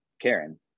karen